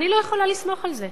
אני לא יכולה לסמוך על זה.